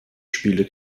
spiele